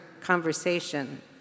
conversation